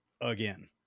Again